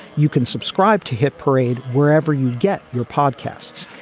you can subscribe to hit parade wherever you get your podcasts.